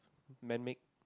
men make